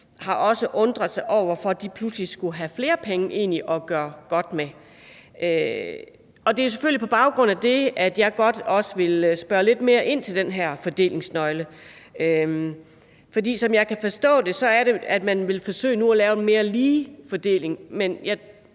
også undret sig over, hvorfor de pludselig skulle have flere penge at gøre godt med. Det er selvfølgelig på baggrund af det, at jeg godt også vil spørge lidt mere ind til den her fordelingsnøgle. For som jeg kan forstå det, er det sådan, at man nu vil forsøge